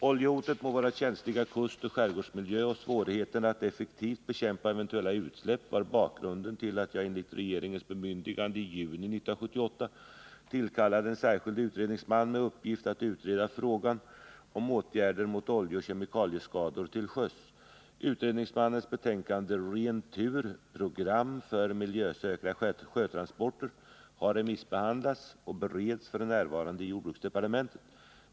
Oljehotet mot vår känsliga kustoch skärgårdsmiljö och svårigheterna att effektivt bekämpa eventuella utsläpp var bakgrunden till att jag enligt regeringens bemyndigande i juni 1978 tillkallade en särskild utredningsman med uppgift att utreda frågan om åtgärder mot oljeoch kemikalieskauor till sjöss. Utredningsmannens betänkande Ren Tur — program för miljösäkra sjötransporter har remissbehandlats och bereds f. n. i jordbruksdepartementet.